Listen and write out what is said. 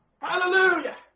Hallelujah